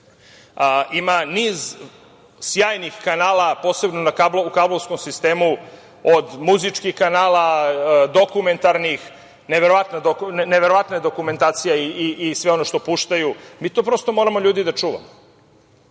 ima niz sjajnih kanala, posebno na kablovskom sistemu, od muzičkih kanala, dokumentarnih, neverovatna dokumentacija i sve ono što puštaju, mi to prosto, ljudi, moramo da čuvamo.